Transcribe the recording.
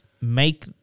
make